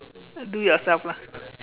do yourself lah